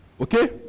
Okay